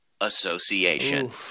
Association